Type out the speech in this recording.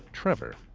trevor,